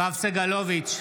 יואב סגלוביץ'